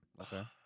Okay